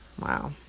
Wow